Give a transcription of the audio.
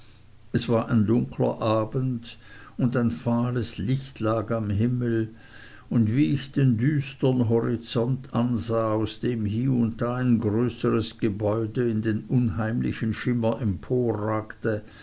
es war ein dunkler abend und ein fahles licht lag am himmel und wie ich den düstern horizont ansah aus dem hie und da ein größeres gebäude in den unheimlichen schimmer